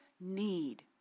need